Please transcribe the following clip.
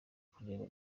kureba